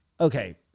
Okay